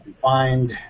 find